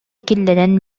киллэрэн